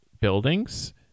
buildings